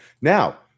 Now